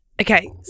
Okay